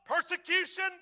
persecution